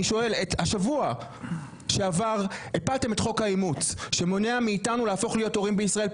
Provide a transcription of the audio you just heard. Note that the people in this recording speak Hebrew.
בשבוע שעבר הפלתם את חוק האימוץ שמונע מאיתנו להפוך להיות הורים בישראל,